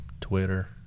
Twitter